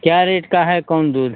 क्या रेट का है कौन दूध